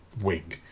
wing